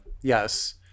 Yes